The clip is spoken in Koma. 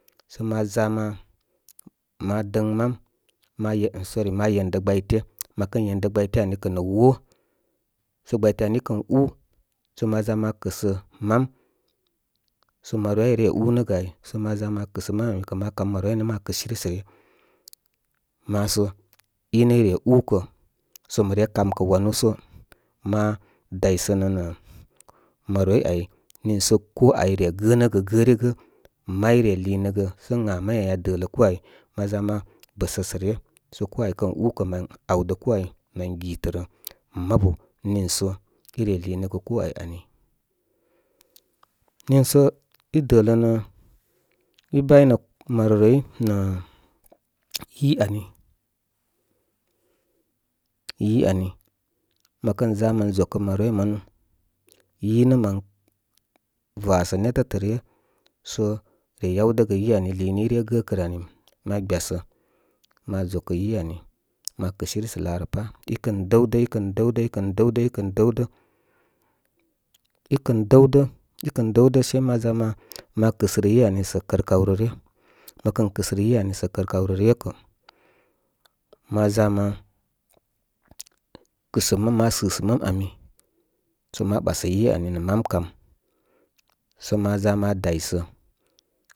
Sə ma ʒa ma ma dəŋ mam ma yən sorry ma yendə gbay té. Mə kən yendə gbayte’ ani kə̀ aə wó. Sə gbayte ani ī kən ú. Sə ma ʒa ma kɨ sə mam sə maroroi áy í re ú nəgə áy, sə ma ʒa ma kɨ́sə mam ami kə̀ ma kamə maroroi ay nə́ ma kɨsiri, sə ryə. Ma so i nə í re ukə. So mə re kamkə́ wanu so ma daysənə nə̀ maroroī áy nììsə koo áy re gənə’ gə gə’n’gə. May re lìì nəgə sə ən ghá mau áy aa də lə koo áy. Ma ʒa ma bə’sə’ səꞌ ryə. Sə koo āy kən úkə mən awdə koo āy mə̍ gɨtərə ma bu nìì so i hìì nəgə koo ay amu. Nììso í dələ nə, í bay nə marorí ko ǹə yi arú, yi ari. Mə kən ʒa mən ʒokə maroroì manu. Yí nə’ man vasə ne’tə’tə’ rə so re yawdə yi ani lììni í re gəkərə ani. Ma gbyasə. Ma ʒokə yi ani. Ma’ kɨsiri sə kaa rə pa’. Í kən dəwdə, í kən dəw də, íkən dəwdə, í kən dəwdə íkə dəw də, slaí ma ʒa ma ma kɨsərə yi ani sə kər gəənə ryə, mən kɨ̀ sərə yì ani, sə kər kaw rə ryə mə kən kɨsərə yì ani sə kər kaw rə ryə kə̀ ma ʒa ma kɨ̀sə ma sɨ̀sə mam ami, sə ma ɓasə yi ani nə mam kam. Sə ma ʒa ma da sə.